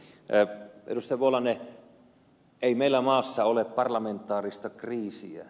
vuolanne ei meillä maassa ole parlamentaarista kriisiä